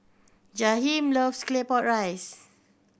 Jahiem loves Claypot Rice